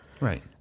Right